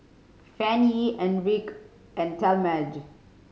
Fannye Enrique and Talmadge